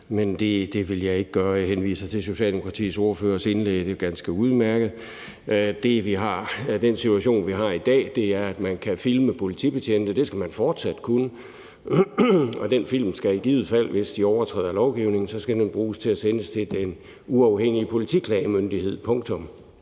men det vil jeg ikke gøre. Jeg henviser til Socialdemokratiets ordførers indlæg. Det er ganske udmærket. Den situation, vi har i dag, er, at man kan filme politibetjente. Det skal man fortsat kunne, og den film skal i givet fald, hvis man overtræder lovgivningen, bruges til at sendes til Den Uafhængige Politiklagemyndighed – punktum!